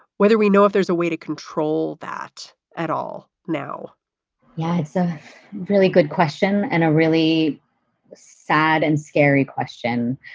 whether we know if there's a way to control that at all now yeah, it's a really good question and a really sad and scary question.